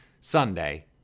Sunday